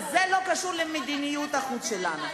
זה לא קשור למדיניות החוץ שלנו.